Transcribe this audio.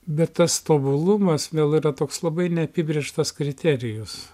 bet tas tobulumas vėl yra toks labai neapibrėžtas kriterijus